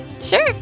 Sure